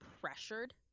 pressured